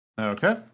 Okay